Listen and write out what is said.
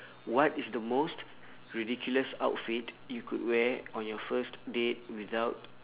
what is the most ridiculous outfit you could wear on your first date without